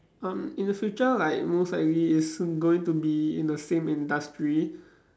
um in the future like most likely is going to be in the same industry